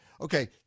Okay